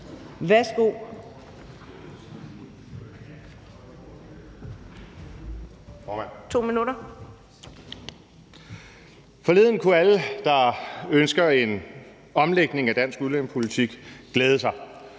formand. Forleden kunne alle, der ønsker en omlægning af dansk udlændingepolitik, glæde sig.